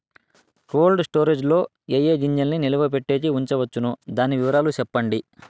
Cold storage లో ఏ ఏ గింజల్ని నిలువ పెట్టేకి ఉంచవచ్చును? దాని వివరాలు సెప్పండి?